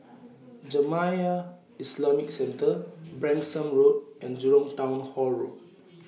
Jamiyah Islamic Centre Branksome Road and Jurong Town Hall Road